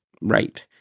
Right